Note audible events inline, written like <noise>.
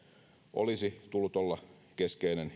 olisi tullut olla keskeinen <unintelligible>